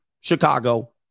Chicago